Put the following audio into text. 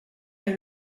est